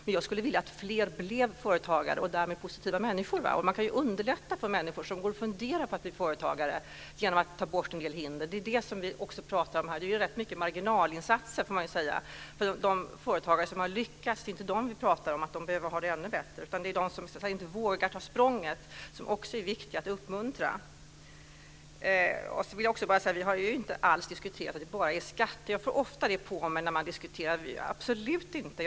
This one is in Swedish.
Men jag skulle vilja att fler blev företagare och därmed positiva människor. Man kan ju underlätta för människor som går och funderar på att bli företagare genom att ta bort en del hinder. Det är det som vi också pratar om här. Det görs ju rätt mycket marginalinsatser, får man säga. Vi pratar inte om de företagare som har lyckats och att de behöver ha det ännu bättre, utan om de som inte vågar ta språnget och som det är viktigt att uppmuntra. Vi har inte alls diskuterat att det bara handlar om skatter. Jag får ofta det på mig i diskussioner, men så är det absolut inte.